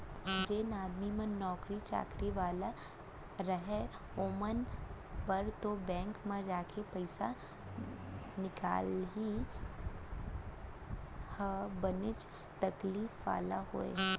जेन आदमी मन नौकरी चाकरी वाले रहय ओमन बर तो बेंक म जाके पइसा निकलाई ह बनेच तकलीफ वाला होय